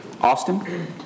Austin